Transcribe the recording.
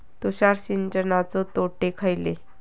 तुषार सिंचनाचे तोटे खयले?